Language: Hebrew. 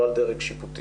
לא על דרג שיפוטי.